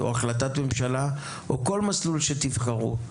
החלטת ממשלה או כל מסלול שתבחרו?